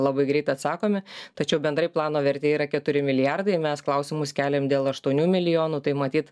labai greit atsakomi tačiau bendrai plano vertė yra keturi milijardai mes klausimus keliam dėl aštuonių milijonų tai matyt